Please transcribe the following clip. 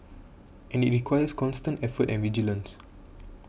and it requires constant effort and vigilance